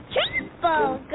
Triple